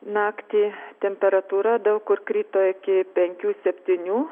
naktį temperatūra daug kur krito iki penkių septynių